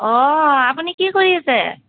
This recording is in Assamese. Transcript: অঁ আপুনি কি কৰি আছে